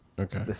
Okay